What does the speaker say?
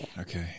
Okay